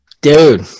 Dude